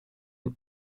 een